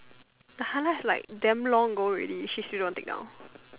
the highlight like damn long ago already she still don't take down